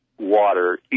water